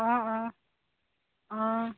অঁ অঁ অঁ